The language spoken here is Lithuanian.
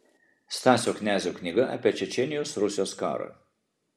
stasio knezio knyga apie čečėnijos rusijos karą